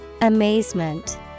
Amazement